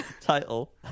title